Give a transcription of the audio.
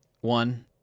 one